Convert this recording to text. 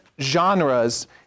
genres